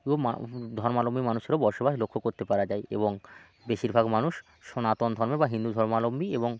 এবং মা ধর্মাবলম্বী মানুষেরও বসবাস লক্ষ্য করতে পারা যায় এবং বেশিরভাগ মানুষ সনাতন ধর্ম বা হিন্দু ধর্মাবলম্বী এবং